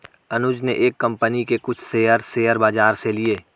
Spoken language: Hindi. अनुज ने एक कंपनी के कुछ शेयर, शेयर बाजार से लिए